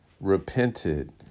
repented